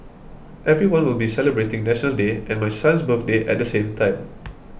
everyone will be celebrating National Day and my son's birthday at the same time